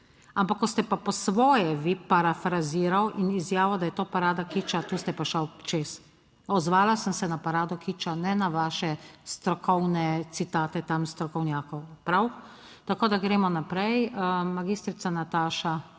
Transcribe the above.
Ampak, ko ste pa po svoje vi parafraziral in izjavil, da je to parada kiča, tu ste pa šel čez. Odzvala sem se na parado kiča, ne na vaše strokovne citate, tam strokovnjakov. Prav. Tako da, gremo naprej. Magistrica Nataša